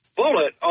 bullet